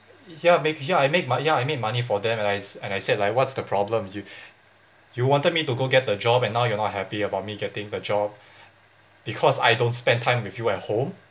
ya make ya I make mo~ ya I make money for them and I s~ and I said like what's the problem you you wanted me to go get the job and now you're not happy about me getting the job because I don't spend time with you at home